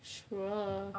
sure